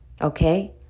Okay